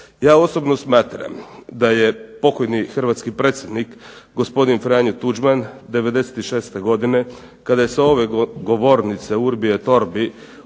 Ja osobno smatram da je pokojni hrvatski predsjednik gospodin Franjo Tuđman '96. godine kada je sa ove govornice urbi et orbi